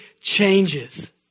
changes